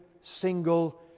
single